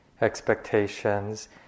expectations